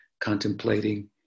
contemplating